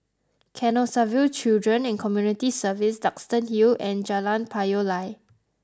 Canossaville Children and Community Services Duxton Hill and Jalan Payoh Lai